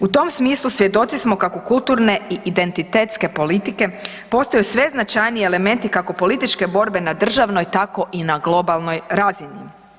U tom smislu svjedoci smo kako kulturne i identitetske politike postaju sve značajniji elementi kako političke borbe na državnoj tako i na globalnoj razini.